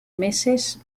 meses